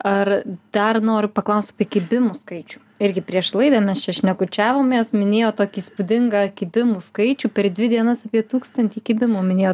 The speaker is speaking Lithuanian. ar dar noriu paklaust apie kibimų skaičių irgi prieš laidą mes čia šnekučiavomės minėjot tokį įspūdingą kibimų skaičių per dvi dienas apie tūkstantį kibimų minėjot